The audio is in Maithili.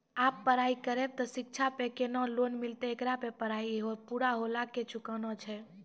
आप पराई करेव ते शिक्षा पे केना लोन मिलते येकर मे पराई पुरा होला के चुकाना छै?